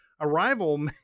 Arrival